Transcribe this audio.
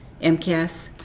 MCAS